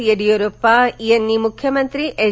येड्युरप्पा यांनी मुख्यमंत्री एच